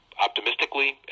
optimistically